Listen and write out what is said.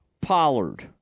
Pollard